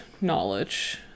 knowledge